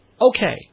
Okay